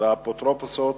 והאפוטרופסות